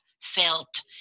felt